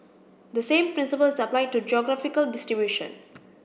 the same principle is applied to geographical distribution